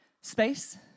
Space